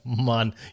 man